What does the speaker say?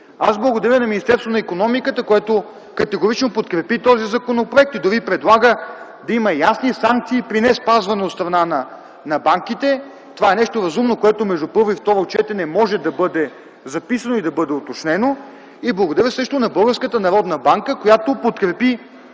Аз благодаря на Министерство на икономиката, което категорично подкрепи този законопроект и дори предлага да има ясни санкции при неспазване от страна на банките. Това е нещо разумно, което между първо и второ четене може да бъде записано и да бъде уточнено. Благодаря също на Българската